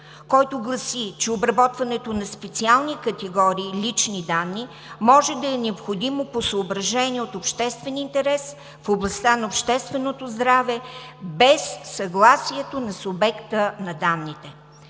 който гласи, че обработването на специални категории лични данни, може да е необходимо по съображение от обществен интерес в областта на общественото здраве, без съгласието на субекта на данните.